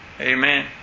Amen